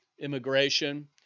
immigration